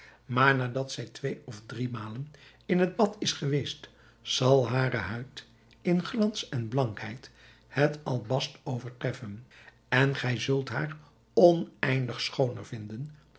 maar nadat zij twee of drie malen in het bad is geweest zal hare huid in glans en blankheid het albast overtreffen en gij zult haar oneindig schooner vinden